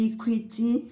Equity